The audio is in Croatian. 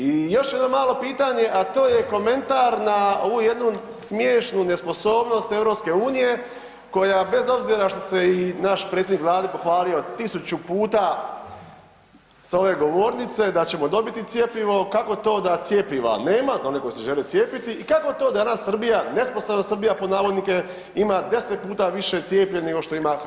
I još jedno malo pitanje, a to je komentar na ovu jednu smiješnu nesposobnost EU koja bez obzira što se i naš predsjednik Vlade pohvalio 1000 puta sa ove govornice, da ćemo dobiti cjepivo, kako to da cjepiva nema za one koji se žele cijepiti i kako to danas Srbija, nesposobna Srbija pod navodnike, ima 10 puta više cijepljenih nego što ima Hrvatska?